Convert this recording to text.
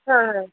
हाँ हाँ